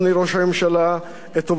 את טובתו של מי אתה מבקש?